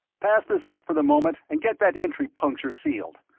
pass this up for the moment and get that entry puncture sealed.